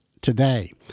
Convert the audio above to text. today